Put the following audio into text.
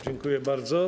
Dziękuję bardzo.